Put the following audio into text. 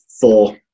four